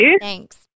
Thanks